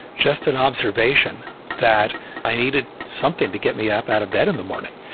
just an observation that i needed something to get me up out of bed in the morning.